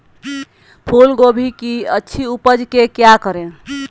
फूलगोभी की अच्छी उपज के क्या करे?